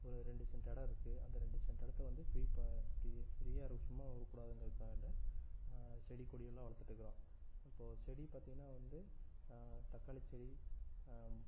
ஒரு ரெண்டு சென்ட் இடம் இருக்குது அந்த ரெண்டு சென்ட் இடத்த வந்து ஃப்ரீ ப ஃப்ரீயாக சும்மா விடக்கூடாதுன்றதுக்காக இந்த செடி கொடி எல்லாம் வளர்த்துட்டு இருக்கிறோம் இப்போது செடி பார்த்திங்கன்னா வந்து தக்காளி செடி